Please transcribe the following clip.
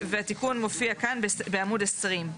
והתיקון מופיע כאן בעמוד 20,